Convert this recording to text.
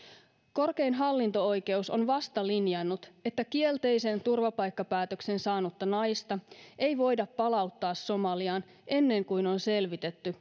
korkein hallinto oikeus on vasta linjannut että kielteisen turvapaikkapäätöksen saanutta naista ei voida palauttaa somaliaan ennen kuin on selvitetty